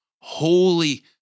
holy